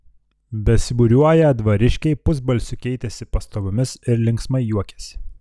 besibūriuoją dvariškiai pusbalsiu keitėsi pastabomis ir linksmai juokėsi